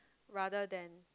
rather than